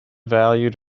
valued